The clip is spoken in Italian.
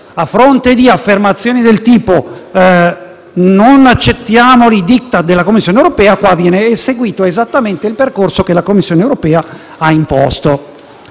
a fronte di affermazioni del tipo: «Non accettiamo *Diktat* della Commissione europea», viene seguito esattamente il percorso che la Commissione europea ha imposto